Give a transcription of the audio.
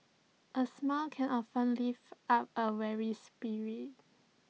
A smile can often lift up A weary spirit